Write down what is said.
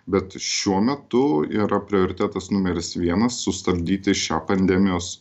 bet šiuo metu yra prioritetas numeris vienas sustabdyti šią pandemijos